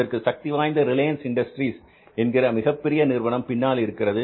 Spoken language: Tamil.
அதற்கு சக்திவாய்ந்த ரிலையன்ஸ் இண்டஸ்ட்ரீஸ் என்கிற மிகப்பெரிய நிறுவனம் பின்னால் இருக்கிறது